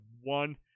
one